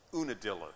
Unadilla